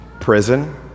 prison